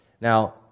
Now